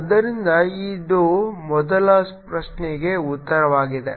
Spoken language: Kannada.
ಆದ್ದರಿಂದ ಇದು ಮೊದಲ ಪ್ರಶ್ನೆಗೆ ಉತ್ತರವಾಗಿದೆ